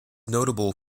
notable